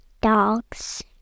dogs